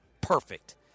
perfect